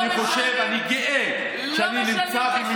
ואני רוצה להגיד לכל אחד ואחד שבכל פעם עולה לכאן,